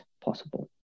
possible